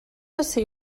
ací